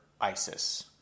ISIS